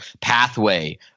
pathway